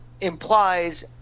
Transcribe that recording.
implies